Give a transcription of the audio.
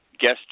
guest